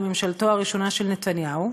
לממשלתו הראשונה של נתניהו,